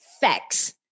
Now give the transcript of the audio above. facts